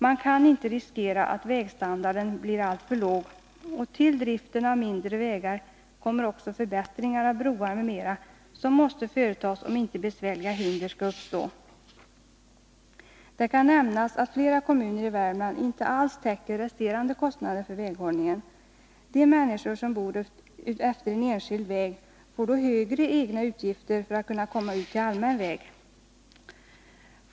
Man kan inte riskera att vägstandarden blir alltför låg, och till driften av mindre vägar kommer också förbättringar av broar m.m. för att inte besvärliga hinder skall uppstå. Det kan nämnas att flera kommuner i Värmland inte alls täcker resterande kostnader för väghållningen. De människor som bor utefter en enskild väg får då högre egna utgifter för att kunna komma ut till allmän väg.